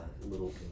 little